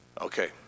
Okay